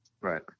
right